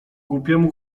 głupiemu